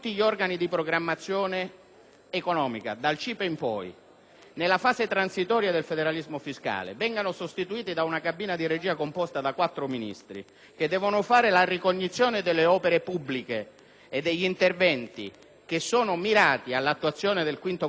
nella fase transitoria del federalismo fiscale, vengono sostituiti da una cabina di regia composta da quattro Ministri, che devono fare la ricognizione delle opere pubbliche e degli interventi mirati all'attuazione del quinto comma dell'articolo 119, sul piano politico è legittimo, purché